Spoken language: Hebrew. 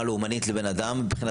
רגע,